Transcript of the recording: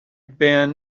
been